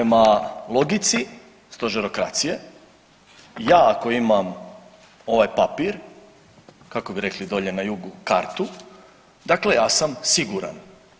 Prema logici stožerokracije ja ako imam ovaj papir, kako bi rekli dolje na jugu kartu, dakle ja sam siguran.